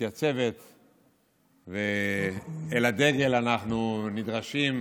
מתייצבת ואל הדגל אנחנו נדרשים,